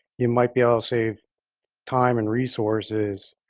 it might be all save time and resources